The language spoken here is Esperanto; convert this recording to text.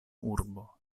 urbo